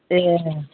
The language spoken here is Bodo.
ए